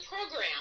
program